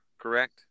correct